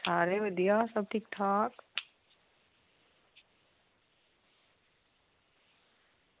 सारे बधिया ठीक ठाक